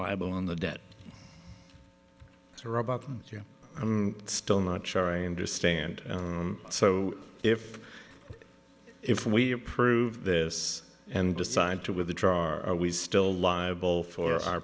liable on the debt i'm still not sure i understand so if if we approve this and decide to withdraw are we still liable for our